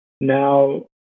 Now